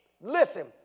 listen